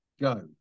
go